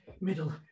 Middle